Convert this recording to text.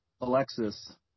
Alexis